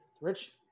Rich